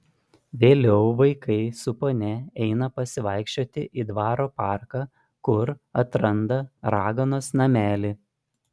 vėliau vaikai su ponia eina pasivaikščioti į dvaro parką kur atranda raganos namelį